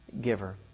giver